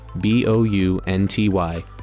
B-O-U-N-T-Y